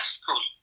school